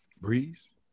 Breeze